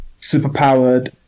superpowered